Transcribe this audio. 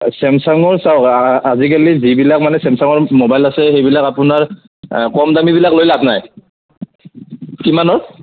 চেমচাঙৰ চাওঁক আজি কালি যিবিলাক মানে চেমচাঙৰ ম'বাইল আছে সেইবিলাক আপোনাৰ কম দামীবিলাক লৈ লাভ নাই কিমানৰ